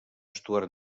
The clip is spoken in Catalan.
stuart